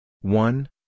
one